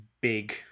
big